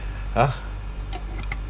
!huh!